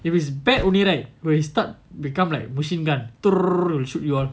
if it's bad only right when you start become like machine gun shoot you all